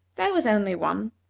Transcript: there was only one,